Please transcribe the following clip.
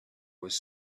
was